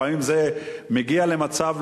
לפעמים זה מגיע למצב,